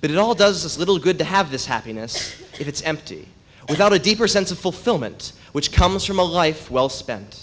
but it all does little good to have this happiness it's empty without a deeper sense of fulfillment which comes from a life well spent